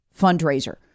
fundraiser